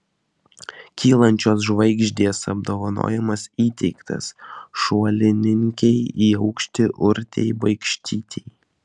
kylančios žvaigždės apdovanojimas įteiktas šuolininkei į aukštį urtei baikštytei